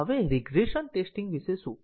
હવે regression testing વિશે શું